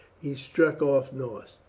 he struck off north.